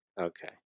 Okay